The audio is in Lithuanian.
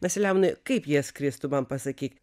na selemonai kaip jie skris tu man pasakyk